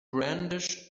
brandished